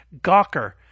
Gawker